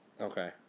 Okay